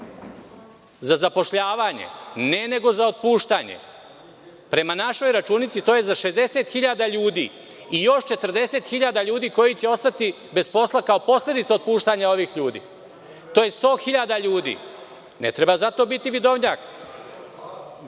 Za zapošljavanje? Ne, neko za otpuštanje. Prema našoj računici to je za 60.000 ljudi i još 40.000 ljudi koji će ostati bez posla kao posledica otpuštanja ovih ljudi. To je 100.000 ljudi. Ne treba za to biti vidovnjak.